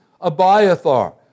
Abiathar